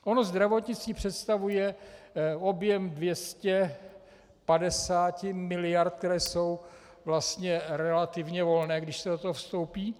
Ono zdravotnictví představuje objem 250 mld., které jsou vlastně relativně volné, když se do toho vstoupí.